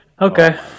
Okay